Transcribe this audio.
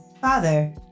father